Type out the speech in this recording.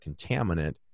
contaminant